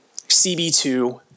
CB2